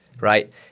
right